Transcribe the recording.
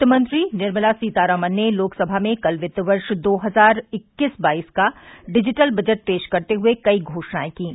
वित्त मंत्री निर्मला सीतारामन ने लोकसभा में कल वित्त वर्ष दो हजार इक्कीस बाईस का डिजिटल बजट पेश करते हुए कई घोषणाएं कीं